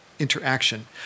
Interaction